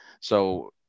So-